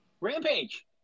Rampage